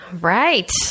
Right